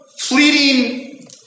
fleeting